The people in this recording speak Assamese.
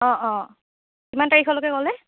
অ' অ' কিমান তাৰিখলৈকে ক'লে